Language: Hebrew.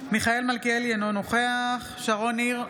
מיכאל מלכיאלי, אינו נוכח שרון ניר,